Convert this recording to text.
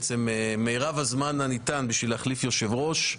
בעצם מרב הזמן הניתן בשביל להחליף יושב ראש,